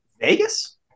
Vegas